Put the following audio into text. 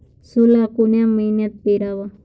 सोला कोन्या मइन्यात पेराव?